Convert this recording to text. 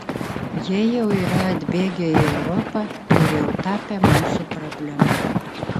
jie jau yra atbėgę į europą ir jau tapę mūsų problema